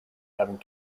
having